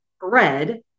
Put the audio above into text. bread